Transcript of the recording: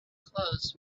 clothes